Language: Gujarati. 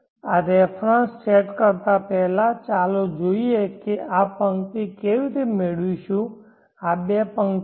આ રેફરન્સ સેટ કરતા પહેલા ચાલો જોઈએ કે આ પંક્તિ કેવી રીતે મેળવીશું આ બે પંક્તિઓ